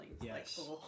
yes